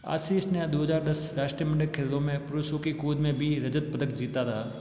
आशीष ने दो हज़ार दस राष्ट्रमंडल खेलों मे पुरुषों की कूद में भी रजत पदक जीता था